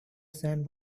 sand